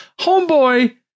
Homeboy